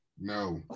No